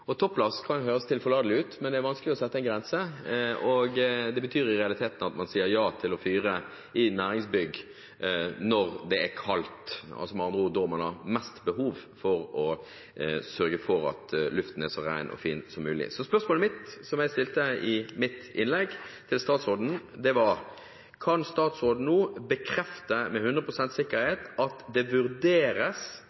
Topplast kan høres tilforlatelig ut, men det er vanskelig å sette en grense, og det betyr i realiteten at man sier ja til å fyre i næringsbygg når det er kaldt, altså med andre ord når man har mest behov for å sørge for at luften er så ren og fin som mulig. Så spørsmålet som jeg stilte til statsråden i mitt innlegg, var: Kan statsråden nå bekrefte med